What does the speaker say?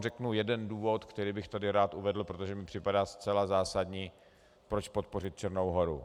Řeknu vám jeden důvod, který bych tady rád uvedl, protože mi připadá zcela zásadní, proč podpořit Černou Horu.